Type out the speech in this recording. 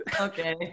Okay